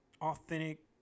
Authentic